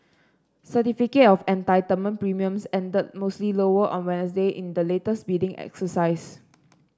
certificate of entitlement premiums ended mostly lower on Wednesday in the latest bidding exercise